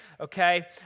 okay